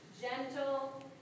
gentle